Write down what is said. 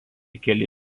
keli